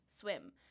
swim